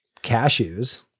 cashews